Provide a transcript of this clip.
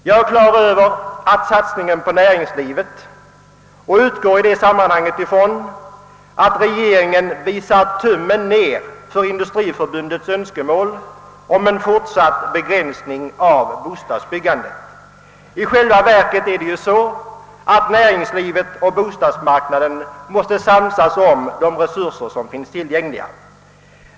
Jag är medveten om satsningen på näringslivet och utgår i det sammanhanget ifrån att regeringen visat tummen ner för industriförbundets önskemål om en fortsatt begränsning av bostadsbyggandet. I själva verket är det så att näringslivet och bostadsmarknaden måste samsas om de resurser som finns tillgängliga.